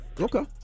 Okay